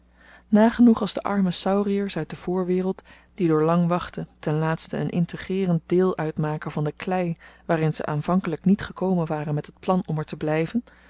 nagenoeg als de arme sauriers uit de voorwereld die door lang wachten ten laatste een integreerend deel uitmaken van de klei waarin ze aanvankelyk niet gekomen waren met het plan om er te blyven